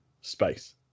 space